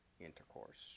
intercourse